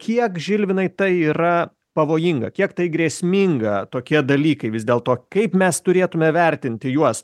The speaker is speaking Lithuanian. kiek žilvinai tai yra pavojinga kiek tai grėsminga tokie dalykai vis dėl to kaip mes turėtume vertinti juos